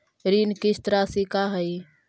ऋण किस्त रासि का हई?